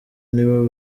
nibo